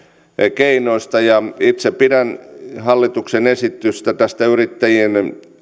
keinoista ja itse pidän hallituksen esitystä tästä yrittäjien